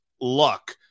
luck